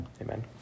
Amen